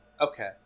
Okay